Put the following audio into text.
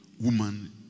woman